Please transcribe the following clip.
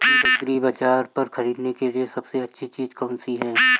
एग्रीबाज़ार पर खरीदने के लिए सबसे अच्छी चीज़ कौनसी है?